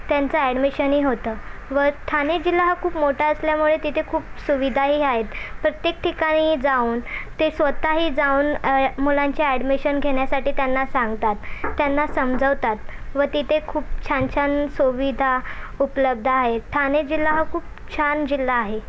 त्यांचं ॲडमिशनही होतं व ठाणे जिल्हा हा खूप मोठा असल्यामुळे तिथे खूप सुविधाही आहेत प्रत्येक ठिकाणी जाऊन ते स्वत ही जाऊन मुलांच्या ॲडमिशन घेण्यासाठी त्यांना सांगतात त्यांना समजावतात व तिथे खूप छान छान सुविधा उपलब्ध आहेत ठाणे जिल्हा हा खूप छान जिल्हा आहे